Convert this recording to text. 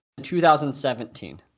2017